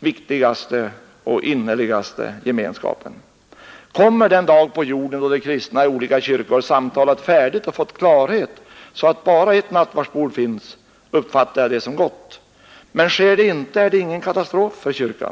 viktigaste och innerligaste gemenskapen. Kommer den dag på jorden då de kristna i olika kyrkor har samtalat färdigt och fått klarhet, så att bara ett nattvardsbord finns, uppfattar jag det som gott. Men sker det inte, är det ingen katastrof för kyrkan.